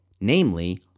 namely